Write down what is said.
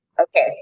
Okay